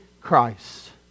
Christ